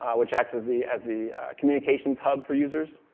which acts as the as the communications hub for users.